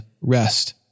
rest